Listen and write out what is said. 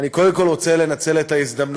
אני קודם כול רוצה לנצל את ההזדמנות